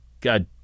God